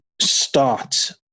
start